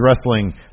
wrestling